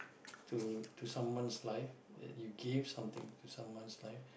to to someone's life that you gave something to someone's life